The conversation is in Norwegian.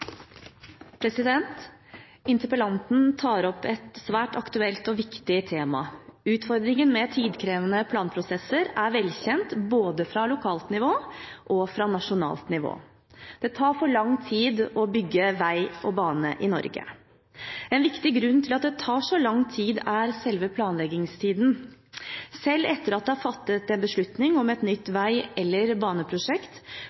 velkjent både fra lokalt nivå og fra nasjonalt nivå. Det tar for lang tid å bygge vei og bane i Norge. En viktig grunn til at det tar så lang tid, er selve planleggingstiden. Selv etter at det er fattet en beslutning om et nytt